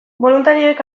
boluntarioek